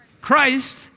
Christ